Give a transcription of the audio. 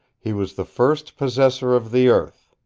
he was the first possessor of the earth.